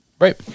right